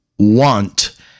Want